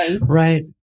Right